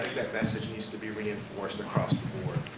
message needs to be reinforced across the board.